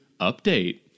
update